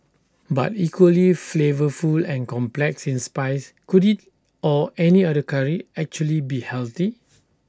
but equally flavourful and complex in spice could IT or any other Curry actually be healthy